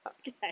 okay